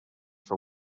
for